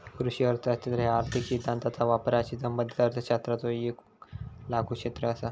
कृषी अर्थशास्त्र ह्या आर्थिक सिद्धांताचा वापराशी संबंधित अर्थशास्त्राचो येक लागू क्षेत्र असा